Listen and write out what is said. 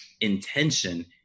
intention